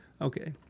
Okay